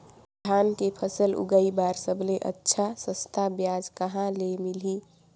धान के फसल उगाई बार सबले अच्छा सस्ता ब्याज कहा ले मिलही?